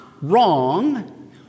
wrong